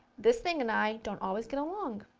this thing and i don't always get along.